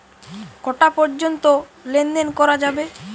কটা পর্যন্ত লেন দেন করা যাবে?